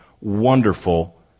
wonderful